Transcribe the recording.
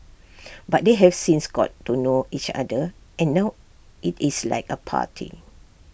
but they have since got to know each other and now IT is like A party